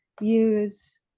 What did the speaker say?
use